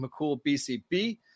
McCoolBCB